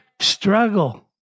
struggle